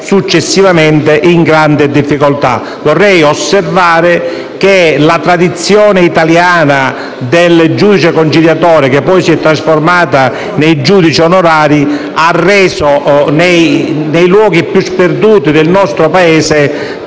successivamente in grande difficoltà. Vorrei osservare che la tradizione italiana del giudice conciliatore, che poi si è trasformata in quella dei giudici onorari, ha reso tanta giustizia nei luoghi più sperduti del nostro Paese,